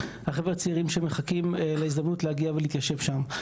החבר'ה הצעירים שמחכים להזדמנות להגיע ולהתיישב שם,